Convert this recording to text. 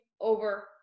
over